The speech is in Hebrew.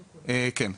כן.